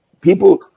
people